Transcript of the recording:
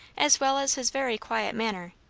as well as his very quiet manner,